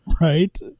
Right